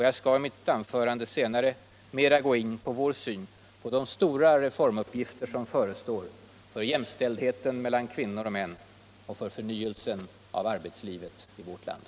Jag skall i mitt anförande senare mer gå in på vår syn på de stora reformuppgifter som förestår för jämställdheten mellan kvinnor och män och för förnyvelsen av arbetslivet i värt land.